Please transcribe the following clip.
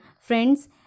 Friends